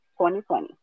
2020